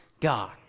God